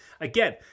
again